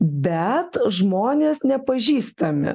bet žmonės nepažįstami